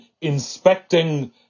inspecting